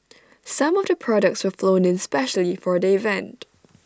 some of the products were flown in specially for the event